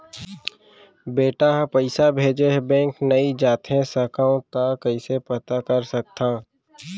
बेटा ह पइसा भेजे हे बैंक नई जाथे सकंव त कइसे पता कर सकथव?